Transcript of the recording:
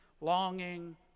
longing